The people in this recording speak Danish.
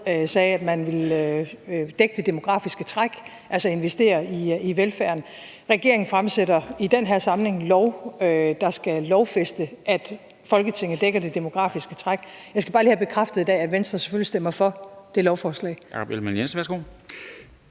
sagde, at man ville dække det demografiske træk, altså investere i velfærden. Regeringen fremsætter i den her samling et lovforslag, der skal lovfæste, at Folketinget dækker det demografiske træk. Jeg skal bare lige have bekræftet i dag, at Venstre selvfølgelig stemmer for det lovforslag.